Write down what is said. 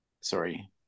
sorry